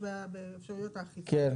יש להם